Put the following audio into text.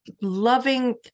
loving